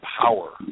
power